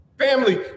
family